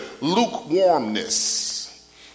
lukewarmness